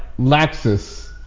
Laxus